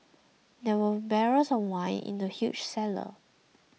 there were barrels of wine in the huge cellar